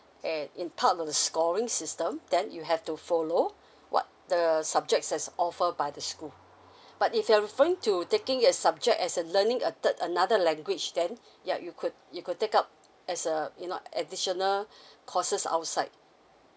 and in part of the scoring system then you have to follow what the subjects has offer by the school but if you're referring to taking your subject as a learning a third another language then yeah you could you could take up as a you know additional courses outside